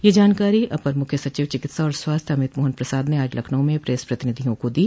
यह जानकारी अपर मुख्य सचिव चिकित्सा और स्वास्थ्य अमित मोहन प्रसाद ने आज लखनऊ में प्रेस प्रतिनिधियों को दी